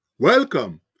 Welcome